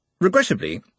Regrettably